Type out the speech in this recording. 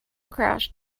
crashed